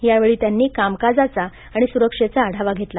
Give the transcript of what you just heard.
यावेळी त्यांनी कामकाजाचा आणि सुरक्षेचा आढावा घेतला